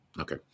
okay